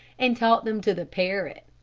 and taught them to the parrot.